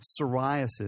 psoriasis